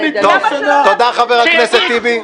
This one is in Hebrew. למה שלא --- תודה, חבר הכנסת טיבי.